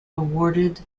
awarded